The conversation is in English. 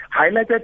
highlighted